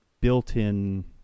built-in